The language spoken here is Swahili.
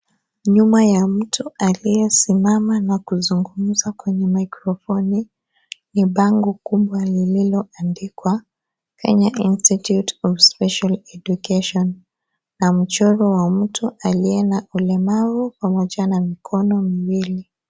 Nyuma ya mtu aliyesimama na kuzungumza kwenye mikrofoni. kuna ubao kubwa ulioandikwa KENYA INSTITUTE SPECIAL EDUCATION.pamoja na mchoro ulio na mtu aliye na ulemavu pamoja na mikono miwili.